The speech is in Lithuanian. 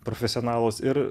profesionalus ir